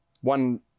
one